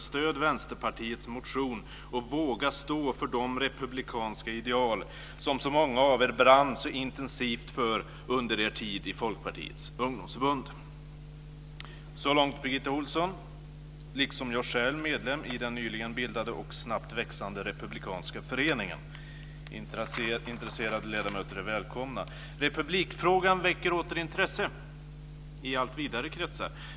Stöd vänsterpartiets motion och våga stå för de republikanska ideal som så många av er brann så intensivt för under er tid i folkpartiets ungdomsförbund." Så långt Birgitta Ohlsson, liksom jag själv medlem i den nyligen bildade och snabbt växande Republikanska Föreningen. Intresserade ledamöter är välkomna. Republikfrågan väcker åter intresse i allt vidare kretsar.